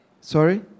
Sorry